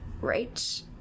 right